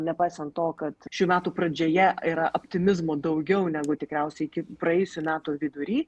nepaisant to kad šių metų pradžioje yra optimizmo daugiau negu tikriausiai iki praėjusių metų vidury